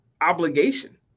obligation